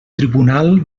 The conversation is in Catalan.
tribunal